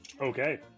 Okay